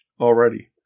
already